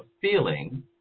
feeling